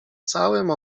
całym